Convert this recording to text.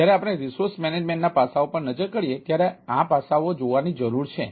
પરંતુ જ્યારે આપણે રિસોર્સ મેનેજમેન્ટના પાસાઓ પર નજર કરીએ ત્યારે આ પાસાઓ જોવાની જરૂર છે